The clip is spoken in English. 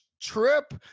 trip